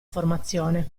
formazione